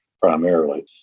primarily